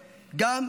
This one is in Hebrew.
גם,